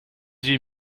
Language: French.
huit